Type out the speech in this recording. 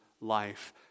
life